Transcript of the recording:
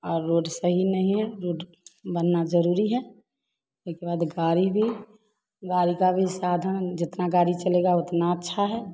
और रोड सही नहीं है रोड बनना जरूरी है इसके बाद गाड़ी भी गाड़ी का भी साधन जितना गाड़ी चलेगा उतना अच्छा है